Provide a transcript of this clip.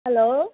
hello